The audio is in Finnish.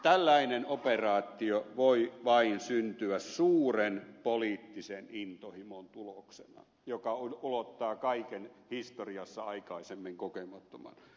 tällainen operaatio voi syntyä vain suuren poliittisen intohimon tuloksena joka ulottaa kaiken historiassa aikaisemmin kokemattoman